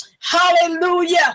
Hallelujah